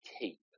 keep